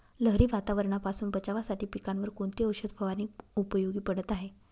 लहरी वातावरणापासून बचावासाठी पिकांवर कोणती औषध फवारणी उपयोगी पडत आहे?